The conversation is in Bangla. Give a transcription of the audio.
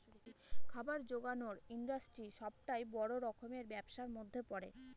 খাবার জোগানের ইন্ডাস্ট্রি সবটাই বড় রকমের ব্যবসার মধ্যে পড়ে